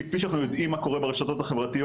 כי כפי שאנחנו יודעים מה קורה ברשתות החברתיות,